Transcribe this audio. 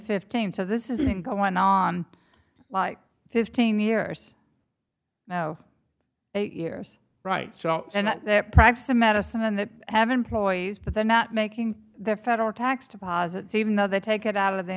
fifteen so this isn't going on like fifteen years now eight years right and that practice of medicine and that have employees but they're not making the federal tax deposits even though they take it out of the